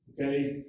Okay